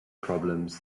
problems